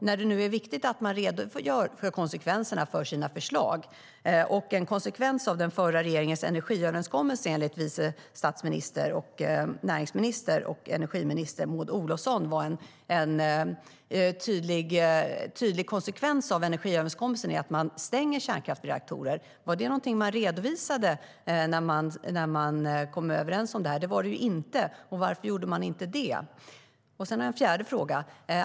När det nu är viktigt att man redogör för konsekvenserna av sina förslag - och en tydlig konsekvens av den förra regeringens energiöverenskommelse enligt förra vice statsministern, närings och energiministern Maud Olofsson var att man stänger kärnkraftsreaktorer - var det något som man redovisade när man kom överens om det? Det var det inte. Varför gjorde man inte det? Sedan har jag en fjärde fråga.